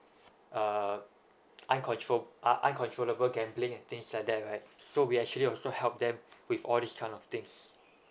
um uncontrol~ uh uncontrollable gambling and things like that right so we actually also help them with all these kind of things